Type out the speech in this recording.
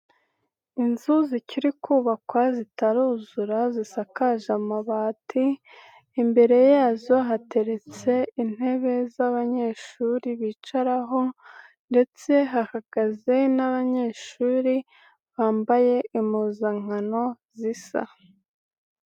Inzu zikiri kubakwa zitaruzura zisakaje amabati, imbere yazo hateretse intebe z'abanyeshuri bicaraho ndetse hahagaze n'abanyeshuri bambaye impuzankano zisa.